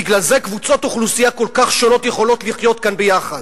בגלל זה קבוצות אוכלוסייה כל כך שונות יכולות לחיות כאן ביחד,